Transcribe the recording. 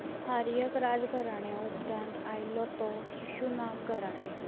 हार्यक राजकाराण्या उपरांत आयलो तो शिशुनाग घराणें